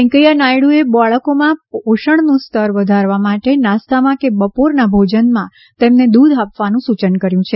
વેંકૈયા નાયડુએ બાળકોમાં પોષણનું સ્તર વધારવા માટે નાસ્તામાં કે બપોરના ભોજનમાં તેમને દૂધ આપવાનું સૂચન કર્યું છે